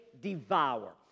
devour